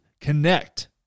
connect